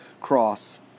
cross